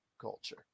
Culture